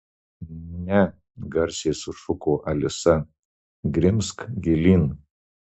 ne garsiai sušuko alisa grimzk gilyn